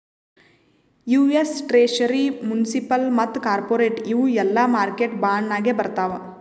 US treasury, municipal ಮತ್ತ corporate ಇವು ಎಲ್ಲಾ ಮಾರ್ಕೆಟ್ ಬಾಂಡ್ ನಾಗೆ ಬರ್ತಾವ್